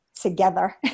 together